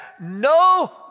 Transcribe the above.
No